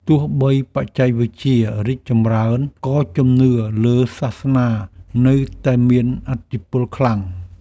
ទោះបីបច្ចេកវិទ្យារីកចម្រើន ក៏ជំនឿលើសាសនានៅតែមានឥទ្ធិពលខ្លាំង។